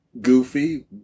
goofy